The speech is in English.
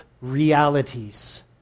realities